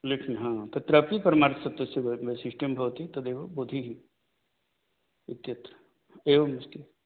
लेकिन् हा तत्रापि परमार्थसत्यस्य वै वैशिष्टं भवति तदेव बोधिः इत्यत्र एवमस्ति